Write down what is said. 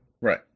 Right